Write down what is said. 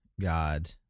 God